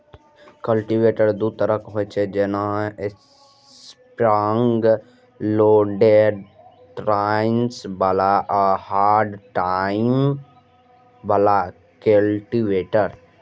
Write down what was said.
cultivator दू तरहक होइ छै, जेना स्प्रिंग लोडेड टाइन्स बला आ हार्ड टाइन बला कल्टीवेटर